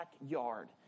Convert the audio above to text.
backyard